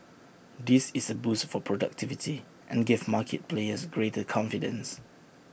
this is A boost for productivity and gave market players greater confidence